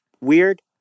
weird